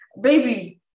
Baby